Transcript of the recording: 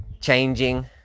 changing